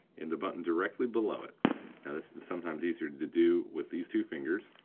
and the button directly below it. now this is sometimes easier to do with these two fingers.